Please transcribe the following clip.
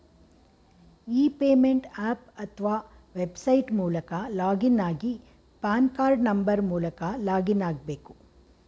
E payment app ಅತ್ವ website ಮೂಲಕ login ಆಗಿ ಪಾನ್ ಕಾರ್ಡ್ ನಂಬರ್ ಮೂಲಕ ಲಾಗಿನ್ ಆಗ್ಬೇಕು